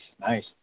Nice